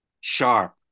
sharp